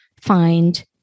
find